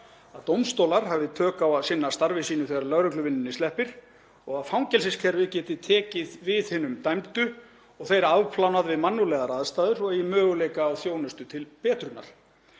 að dómstólar hafi tök á að sinna starfi sínu þegar lögregluvinnunni sleppir og að fangelsiskerfið geti tekið við hinum dæmdu og þeir afplánað við mannúðlegar aðstæður og eigi möguleika á þjónustu til betrunar.